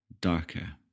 darker